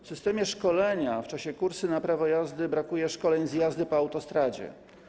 W systemie szkolenia w czasie kursów na prawo jazdy brakuje szkoleń z jazdy po autostradzie.